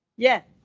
yeah,